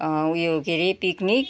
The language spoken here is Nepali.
उयो के अरे पिक्निक